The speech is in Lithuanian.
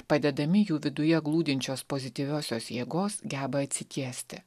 padedami jų viduje glūdinčios pozityviosios jėgos geba atsitiesti